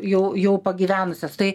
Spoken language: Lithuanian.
jau jau pagyvenusios tai